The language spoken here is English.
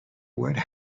would